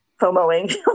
Fomoing